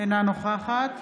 אינה נוכחת